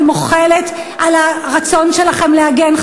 אני מוחלת על הרצון שלכם להגן,